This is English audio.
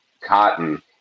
cotton